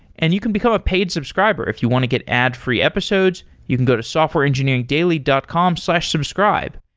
and you can become a paid subscriber if you want to get ad-free episodes. you can go to softwareengineeringdaily dot com slash subscribe.